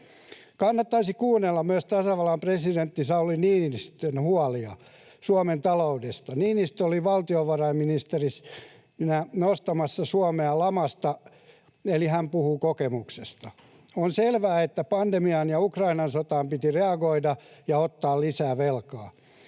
Kannattaisi kuunnella myös tasavallan presidentti Sauli Niinistön huolia Suomen taloudesta. Niinistö oli valtiovarainministerinä nostamassa Suomea lamasta, eli hän puhuu kokemuksesta. On selvää, että pandemiaan ja Ukrainan sotaan piti reagoida ja ottaa lisää velkaa,